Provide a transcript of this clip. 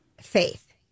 faith